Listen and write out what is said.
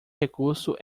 recurso